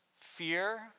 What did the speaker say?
Fear